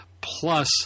plus